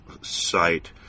site